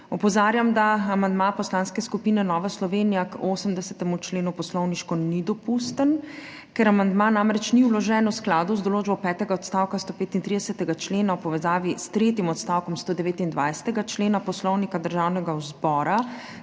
Opozarjam, da amandma Poslanske skupine Nova Slovenija k 80. členu poslovniško ni dopusten, ker amandma namreč ni vložen v skladu z določbo petega odstavka 135. člena v povezavi s tretji odstavkom 129. člena Poslovnika Državnega zbora,